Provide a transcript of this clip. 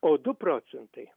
o du procentai